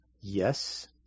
Yes